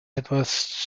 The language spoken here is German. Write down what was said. etwas